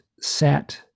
sat